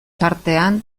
tartean